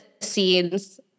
scenes